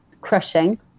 crushing